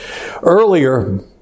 Earlier